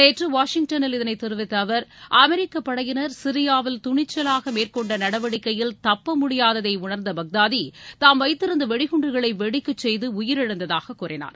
நேற்று வாஷிங்டனில் இதனைத் தெரிவித்த அவர் அமெரிக்க படையினர் சிரியாவில் துணிச்சலாக மேற்கொண்ட நடவடிக்கையில் தப்ப முடியாததை உணர்ந்த பக்தாதி தாம் வைத்திருந்த வெடிகுண்டுகளை வெடிக்கச் செய்து உயிரிழந்ததாக கூறினார்